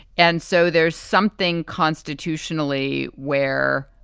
and so there's something constitutionally where